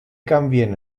canvien